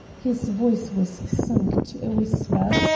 his voice was sunk to a whisper.